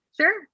Sure